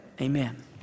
amen